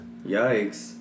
Yikes